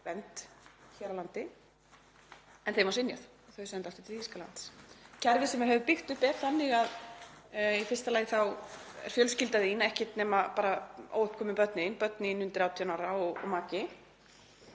vernd hér á landi en henni var synjað og hún send aftur til Þýskalands. Kerfið sem við höfum byggt upp er þannig að í fyrsta lagi þá er fjölskylda þín ekkert nema bara óuppkomin börnin þín undir 18 ára og maki